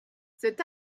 cet